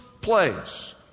place